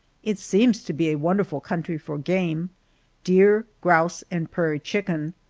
it seems to be a wonderful country for game deer, grouse, and prairie chicken.